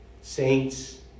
Saints